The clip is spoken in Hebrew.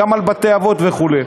על בתי-אבות וכו'.